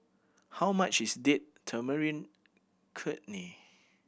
how much is Date Tamarind